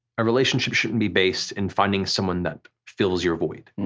a relationship shouldn't be based in finding someone that fills your void.